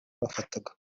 bafataga